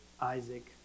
Isaac